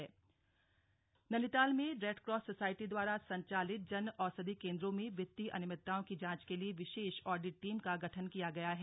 audit team Nainital Nainital में red cross society द्वारा संचालित जन औषधि केन्द्रों में वित्तीय अनियमितताओं की जांच के लिए विशेष ऑडिट टीम का गठन किया गया है